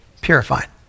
purified